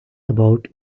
about